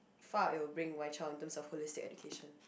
far it will bring my child in terms of holistic education